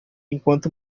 enquanto